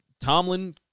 Tomlin